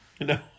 no